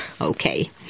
Okay